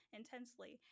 intensely